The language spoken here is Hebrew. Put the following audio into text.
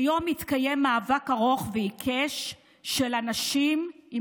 כיום מתקיים מאבק ארוך ועיקש של אנשים עם